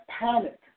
panic